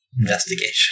investigation